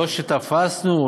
לא שתפסנו,